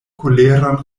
koleran